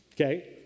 okay